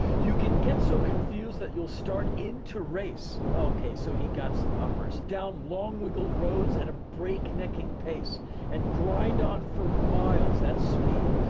you can get so confused that you'll start in to race. okay. so he got some uppers. down long wiggled roads at a break-necking pace and grind on for miles that's speed.